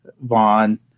Vaughn